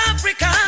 Africa